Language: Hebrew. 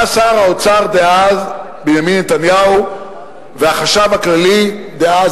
באו שר האוצר דאז בנימין נתניהו והחשב הכללי דאז